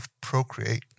Procreate